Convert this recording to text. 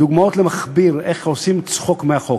דוגמאות למכביר איך עושים צחוק מהחוק.